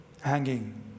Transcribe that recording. hanging